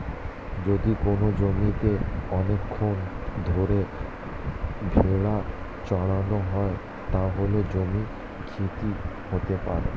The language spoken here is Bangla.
যদি কোনো জমিতে অনেকক্ষণ ধরে ভেড়া চড়ানো হয়, তাহলে জমির ক্ষতি হতে পারে